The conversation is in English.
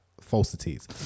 falsities